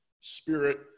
Spirit